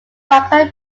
rocker